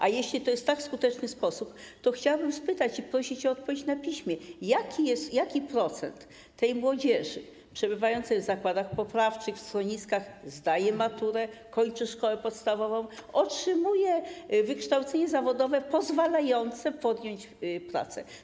A jeśli to jest tak skuteczny sposób, to chciałabym spytać i prosić o odpowiedź na piśmie: Jaki procent młodzieży przebywającej w zakładach poprawczych, w schroniskach zdaje maturę, kończy szkołę podstawową, otrzymuje wykształcenie zawodowe pozwalające podjąć pracę?